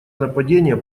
нападение